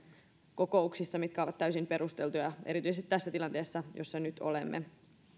kokouksissa mikä on täysin perusteltua erityisesti tässä tilanteessa jossa nyt olemme